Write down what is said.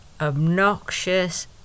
obnoxious